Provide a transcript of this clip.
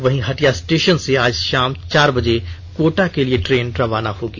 वहीं हटिया स्टेषन से आज शाम चार बजे कोटा के लिए ट्रेन रवाना होगी